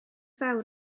fawr